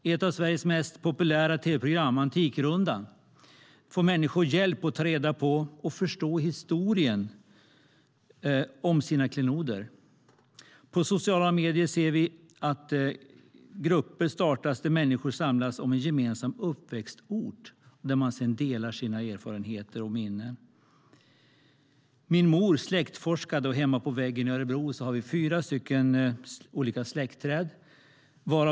I ett av Sveriges mest populära tv-program, Antikrundan , får människor hjälp att ta reda på och förstå historien om sina klenoder. På sociala medier ser vi att grupper startas där människor samlas om en gemensam uppväxtort, och de delar sina erfarenheter och minnen. Min mor släktforskade, och på väggen hemma i Örebro har vi fyra olika släktträd.